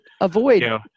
avoid